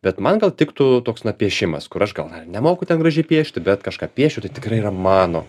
bet man gal tiktų toks na piešimas kur aš gal dar nemoku ten gražiai piešti bet kažką piešiu tai tikrai yra mano